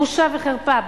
בושה וחרפה,